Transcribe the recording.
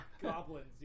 Goblins